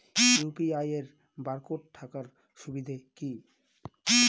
UPI এর barcode থাকার সুবিধে কি?